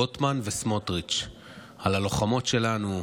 רוטמן וסמוטריץ' על הלוחמות שלנו,